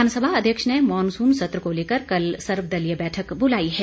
विधानसभा अध्यक्ष ने मॉनसून सत्र को लेकर कल सर्वदलीय बैठक बुलाई है